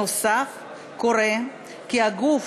נוסף על כך,